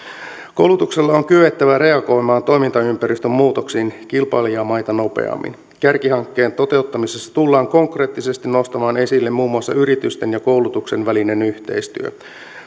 koulutuksella on kyettävä reagoimaan toimintaympäristön muutoksiin kilpailijamaita nopeammin kärkihankkeen toteuttamisessa tullaan konkreettisesti nostamaan esille muun muassa yritysten ja koulutuksen välinen yhteistyö